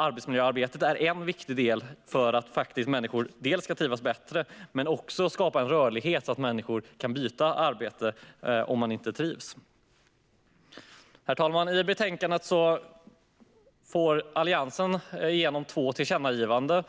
Arbetsmiljöarbetet är en viktig del för att människor ska trivas bättre men också för att skapa en rörlighet så att människor som inte trivs kan byta arbete. Herr talman! I betänkandet får Alliansen igenom två tillkännagivanden